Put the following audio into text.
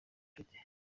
bafite